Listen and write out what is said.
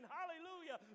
Hallelujah